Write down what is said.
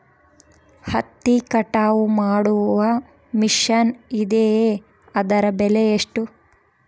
ಹತ್ತಿ ಕಟಾವು ಮಾಡುವ ಮಿಷನ್ ಇದೆಯೇ ಅದರ ಬೆಲೆ ಎಷ್ಟು?